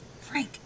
Frank